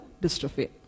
dystrophy